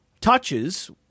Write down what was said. touches